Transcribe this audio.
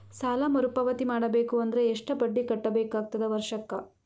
ಸಾಲಾ ಮರು ಪಾವತಿ ಮಾಡಬೇಕು ಅಂದ್ರ ಎಷ್ಟ ಬಡ್ಡಿ ಕಟ್ಟಬೇಕಾಗತದ ವರ್ಷಕ್ಕ?